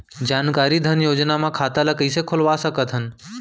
जानकारी धन योजना म खाता ल कइसे खोलवा सकथन?